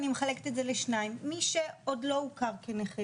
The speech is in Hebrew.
אני מחלקת את זה לשניים: מי שעוד לא הוכר כנכה